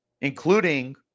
including